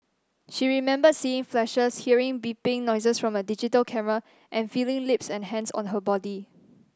she remembered seeing flashes hearing beeping noises from a digital camera and feeling lips and hands on her body